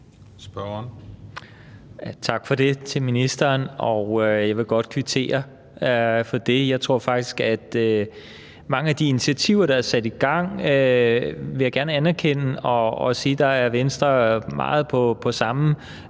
Tak for det til ministeren, og jeg vil godt kvittere for det. Jeg vil faktisk gerne anerkende mange af de initiativer, der er sat i gang, og sige, at der er Venstre meget på samme